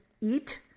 eat